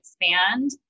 expand